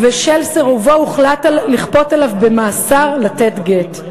ובשל סירובו הוחלט לכפות עליו במאסר לתת גט.